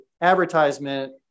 advertisement